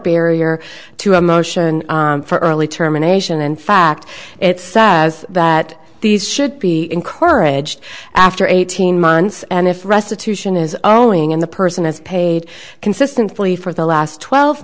barrier to a motion for early terminations in fact it's sad that these should be encouraged after eighteen months and if restitution is owing in the person has paid consistently for the last twelve